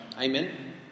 Amen